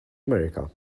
america